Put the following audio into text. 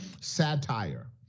satire